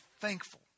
thankful